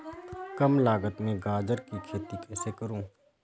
कम लागत में गाजर की खेती कैसे करूँ?